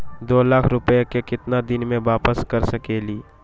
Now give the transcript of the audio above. दो लाख रुपया के केतना दिन में वापस कर सकेली?